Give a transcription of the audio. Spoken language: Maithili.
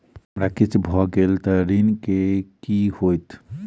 हमरा किछ भऽ गेल तऽ ऋण केँ की होइत?